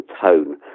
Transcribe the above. tone